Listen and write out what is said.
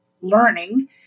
learning